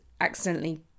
accidentally